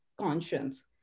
conscience